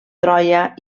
troia